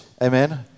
Amen